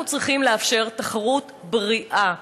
אנחנו צריכים לאפשר תחרות בריאה.